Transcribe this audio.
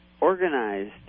organized